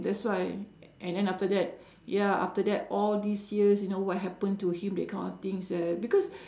that's why and then after that ya after that all these years you know what happened to him that kind of things ah because